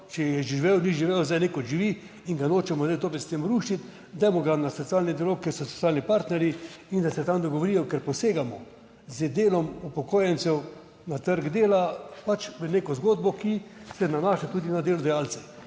če je živel, ni živel, zdaj živi in ga nočemo zdaj s tem rušiti, dajmo ga na socialni dialog, ker so socialni partnerji in da se tam dogovorijo, ker posegamo z delom upokojencev na trg dela pač v neko zgodbo, ki se nanaša tudi na delodajalce